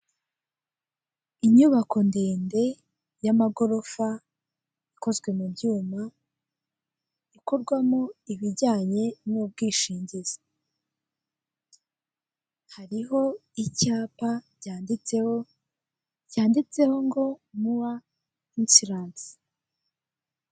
Inyubako ndende y'amagorofa, ikozwe mu byuma ikorwamo ibijyanye n'ubwishingizi, hariho icyapa cyanditseho, cyanditseho ngo muwa insuransi.